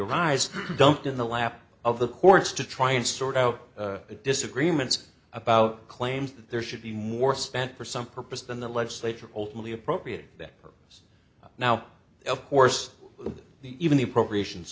arise dumped in the lap of the courts to try and sort out the disagreements about claims that there should be more spent for some purpose than the legislature ultimately appropriate that purpose now of course the even appropriations